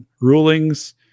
rulings